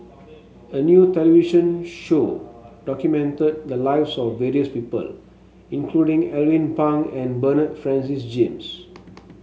a new television show documented the lives of various people including Alvin Pang and Bernard Francis James